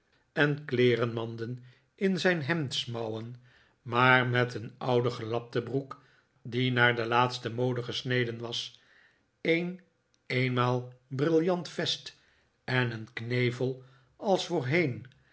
en kleerenmanden in zijn hemdsmouwen maar met een oude gelapte broek die naar de laatste mode gesneden was een eenmaal brillant vest en een knevel als voorheen